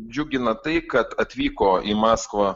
džiugina tai kad atvyko į maskvą